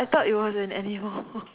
I thought it was an animal